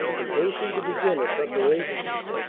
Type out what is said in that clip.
and hastened to begin her preparations.